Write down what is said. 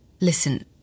Listen